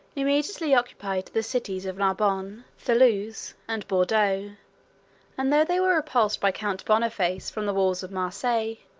immediately occupied the cities of narbonne, thoulouse, and bordeaux and though they were repulsed by count boniface from the walls of marseilles,